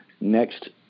next